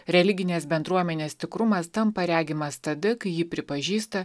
religinės bendruomenės tikrumas tampa regimas tada kai ji pripažįsta